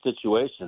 situation